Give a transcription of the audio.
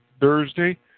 Thursday